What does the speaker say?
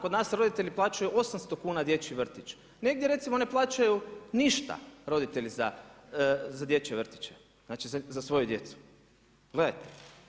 Kod nas roditelji plaćaju 800 kuna dječji vrtić, negdje recimo ne plaćaju ništa roditelji za dječje vrtiće, znači za svoju djecu, pogledajte.